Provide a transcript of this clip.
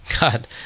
God